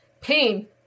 pain